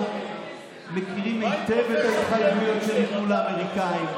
אנחנו מכירים היטב את ההתחייבויות שניתנו לאמריקאים.